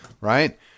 right